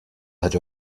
had